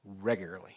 regularly